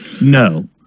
No